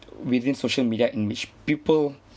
within social media in which people